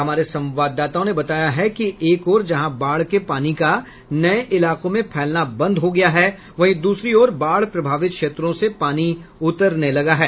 हमारे संवाददाताओं ने बताया है कि एक ओर जहां बाढ़ के पानी का नये इलाकों में फैलना बंद हो गया है वहीं दूसरी ओर बाढ़ प्रभावित क्षेत्रों से पानी उतरने लगा है